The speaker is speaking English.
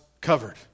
covered